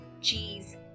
cheese